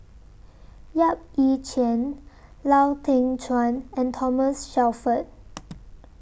Yap Ee Chian Lau Teng Chuan and Thomas Shelford